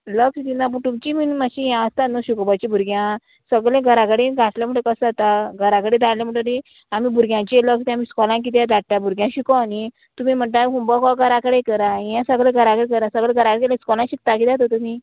तुमी लक्ष दिना पूण तुमची बीन मातशी हें आसता न्हू शिकोवपाची भुरग्यांक सगळें घरा कडेन घातलें म्हणटक कशें जाता घरा कडेन धाडलें म्हणटगी आमी भुरग्यांचे लक्ष ती आमी स्कॉलां किदें धाडटा भुरग्यां शिको न्ही तुमी म्हणटा होमवक हो घरा कडेन करा हें सगळें घरा कडेन करा सगळें घरा कडे इस्कॉलां शिकता किद्या तर तुमी